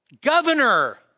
Governor